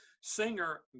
Singer